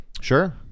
Sure